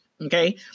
Okay